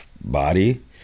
body